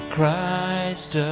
Christ